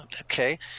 okay